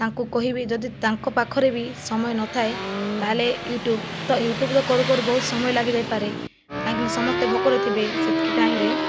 ତାଙ୍କୁ କହିବି ଯଦି ତାଙ୍କ ପାଖରେ ବି ସମୟ ନ ଥାଏ ତା'ହେଲେ ୟୁଟ୍ୟୁବ ତ ୟୁଟ୍ୟୁବରୁ ତ କରୁ କରୁ ବହୁତ ସମୟ ଲାଗିଯାଇ ପାରେ କାହିଁକି ନା ସମସ୍ତେ ଭୋକରେ ଥିବେ ସେତିକି ଟାଇମ୍ରେ